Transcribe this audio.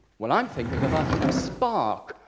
when i'm thinking of a ah spark,